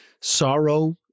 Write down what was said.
sorrow